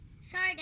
Sorry